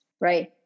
right